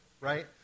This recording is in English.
right